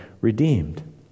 redeemed